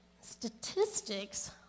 statistics